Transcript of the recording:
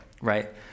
right